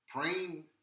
praying